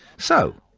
so,